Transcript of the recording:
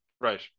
Right